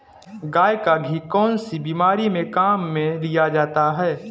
गाय का घी कौनसी बीमारी में काम में लिया जाता है?